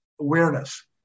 awareness